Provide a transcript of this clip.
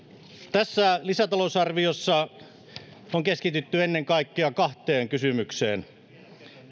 tässä lisätalousarviossa on keskitytty ennen kaikkea kahteen kysymykseen